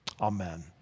Amen